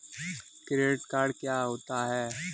Credit card क्या होता है?